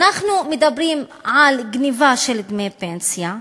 אנחנו מדברים על גנבה של דמי פנסיה,